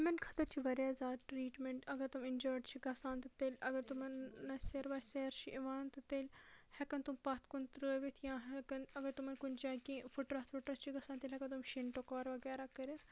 کٔمن خٲطرٕ چھِ واریاہ زیاد ٹریٖٹمنٹ اگر تِم اِنجٲڈ چھِ گَژھان تہٕ تیٚلہِ اگر تمن نَس سیر وَس سیر چھِ یِوان تیٚلہِ ہیٚکَن تِم پتھ کُن ترٲوِتھ یا ہیٚکَن اگر تمن کُنہ جایہ چھِ کینٛہہ فٹرَس وٹرس چھِ گَژھان تیٚلہِ ہیٚکَن تِم شِن ٹَکور وَغیرہ کٔرِتھ